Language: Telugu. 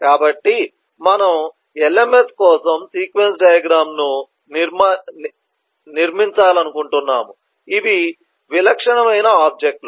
కాబట్టి మనము LMS కోసం సీక్వెన్స్ డయాగ్రమ్ ను నిర్మించాలనుకుంటున్నాము ఇవి విలక్షణమైన ఆబ్జెక్ట్ లు